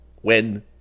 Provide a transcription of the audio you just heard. when—